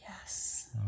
Yes